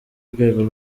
rwego